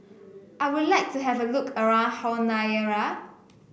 I would like to have a look around Honiara